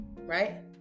right